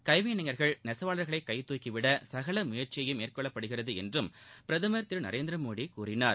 கைவினைகா்கள் நெசவாளா்களை கைதுக்கிவிட சகல முயற்சியும் மேற்கொள்ளப்படுகிறது என்றும் பிரதமர் திரு நரேந்திரமோட கூறினார்